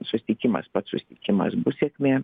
susitikimas pats susitikimas bus sėkmė